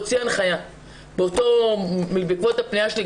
הוציא הנחיה בעקבות הפניה שלי,